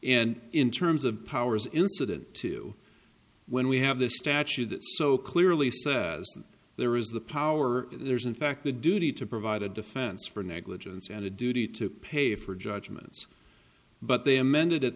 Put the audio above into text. and in terms of powers incident two when we have the statute so clearly there is the power there's in fact the duty to provide a defense for negligence and a duty to pay for judgments but they amended